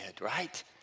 right